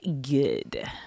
good